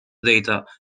data